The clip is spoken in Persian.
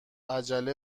عجله